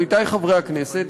עמיתי חברי הכנסת,